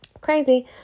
crazy